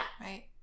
Right